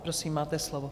Prosím, máte slovo.